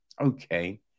okay